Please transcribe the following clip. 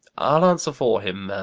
i'll answer for him,